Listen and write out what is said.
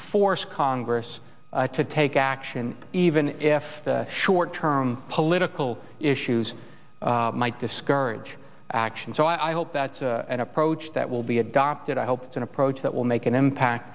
force congress to take action even if short term political issues might discourage action so i hope that's an approach that will be adopted i hope it's an approach that will make an impact